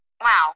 Wow